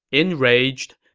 enraged.